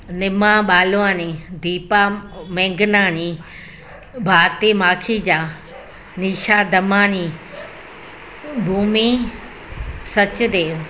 निमा बालवानी दीपा मेघनानी भारती माखीजा निशा दमानी भूमी सचदेव